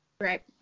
Right